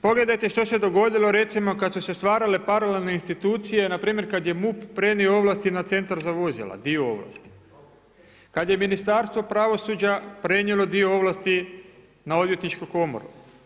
Pogledajte što se dogodilo recimo kad su se stvarale paralelne institucije, na primjer kad je MUP prenio ovlasti na Centar za vozila, dio ovlasti, kad je Ministarstvo pravosuđa prenijelo dio ovlasti na Odvjetničku komoru.